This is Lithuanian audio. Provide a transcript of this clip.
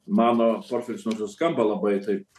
mano portfelis nors skamba labai taip